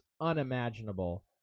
unimaginable